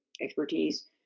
expertise